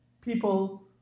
people